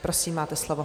Prosím, máte slovo.